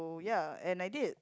oh ya and I did